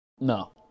No